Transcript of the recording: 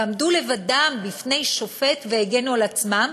ועמדו לבדם בפני שופט והגנו על עצמם,